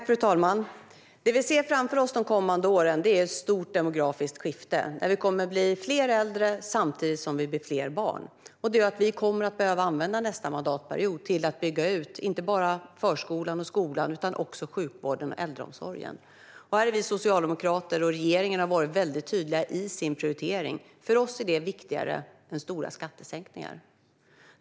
Fru talman! Det vi ser framför oss de kommande åren är ett demografiskt skifte, där vi kommer att bli fler äldre samtidigt som vi blir fler barn. Detta gör att vi kommer att behöva använda nästa mandatperiod till att bygga ut inte bara förskolan och skolan utan också sjukvården och äldreomsorgen. Vi socialdemokrater och regeringen har varit väldigt tydliga i vår prioritering. För oss är detta viktigare än stora skattesänkningar.